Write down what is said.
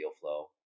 flow